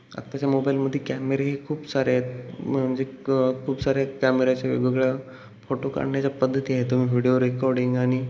आत्ताच्या मोबाईलमध्ये कॅमेरे हे खूप सारे आहेत म्हणजे क खूप साऱ्या कॅमेऱ्याच्या वेगवेगळ्या फोटो काढण्याच्या पद्धती आहेत तुम्ही व्हिडिओ रेकॉर्डिंग आणि